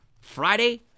Friday